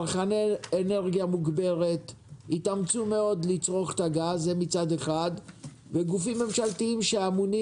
צרכני אנרגיה מוגברת יתאמצו לצרוך את הגז מצד אחד וגופים ממשלתיים שאמונים